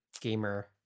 gamer